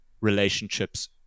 relationships